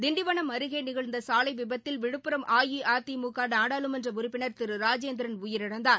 திண்டிவனம் அருகே நிகழ்ந்த சாலை விபத்தில் விழுப்புரம் அஇஅதிமுக நாடாளுமன்ற உறுப்பினர் திரு ராஜேந்திரன் உயிரிழந்தார்